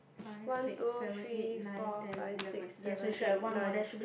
one two three four five six seven eight nine